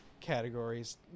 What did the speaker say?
categories